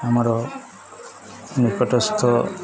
ଆମର ନିକଟସ୍ଥ